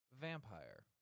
Vampire